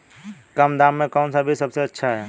कम दाम में कौन सा बीज सबसे अच्छा है?